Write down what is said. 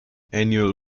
annual